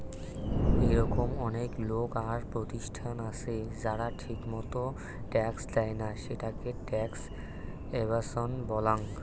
এরকম অনেক লোক আর প্রতিষ্ঠান আছে যারা ঠিকমতো ট্যাক্স দেইনা, সেটাকে ট্যাক্স এভাসন বলাঙ্গ